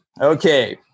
Okay